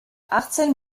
achtzehn